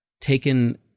taken